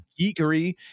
geekery